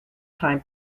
time